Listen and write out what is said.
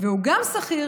והוא גם שכיר,